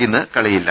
ഇന്ന് കളിയില്ല